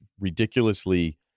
ridiculously